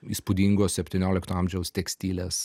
įspūdingo septyniolikto amžiaus tekstilės